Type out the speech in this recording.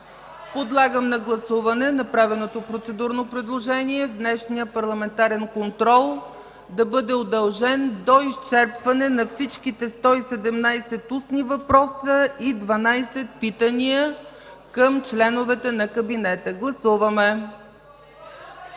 Подлагам на гласуване направеното процедурно предложение днешният парламентарен контрол да бъде удължен до изчерпване на всичките 117 устни въпроса и 12 питания към членовете на кабинета. (Реплики